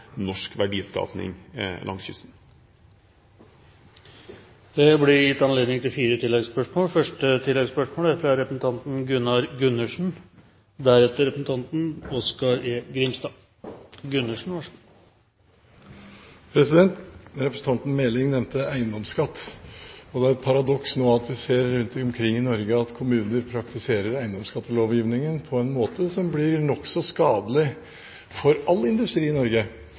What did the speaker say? norsk verdiskaping langs kysten. Det blir gitt anledning til fire oppfølgingsspørsmål – først representanten Gunnar Gundersen. Representanten Meling nevnte eiendomsskatt. Det er et paradoks at en rundt omkring i Norge ser at kommuner praktiserer eiendomsskattelovgivningen på en måte som blir nokså skadelig for all industri i Norge.